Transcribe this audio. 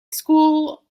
school